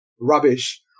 rubbish